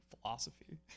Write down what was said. philosophy